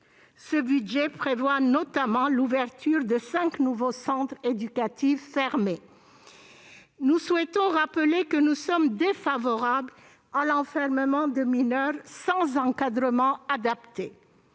Ce budget prévoit notamment l'ouverture de cinq nouveaux centres éducatifs fermés. Nous tenons à rappeler que nous sommes défavorables à l'enfermement de mineurs sans encadrement adapté.